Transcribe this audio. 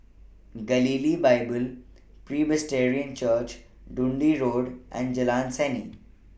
Galilee Bible Church Dundee Road and Jalan Seni